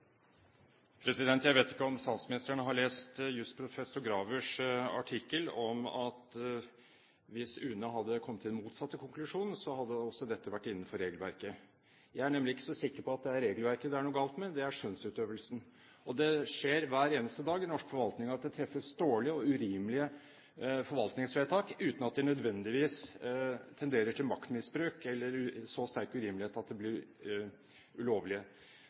Jeg vet ikke om statsministeren har lest jusprofessor Gravers artikkel om at hvis UNE hadde kommet til den motsatte konklusjon, hadde også det vært innenfor regelverket. Jeg er nemlig ikke så sikker på at det er regelverket det er noe galt med – det er skjønnsutøvelsen. Det skjer hver eneste dag i den norske forvaltningen at det treffes dårlige og urimelige forvaltningsvedtak uten at det nødvendigvis tenderer til maktmisbruk, eller så sterk urimelighet at de blir ulovlige.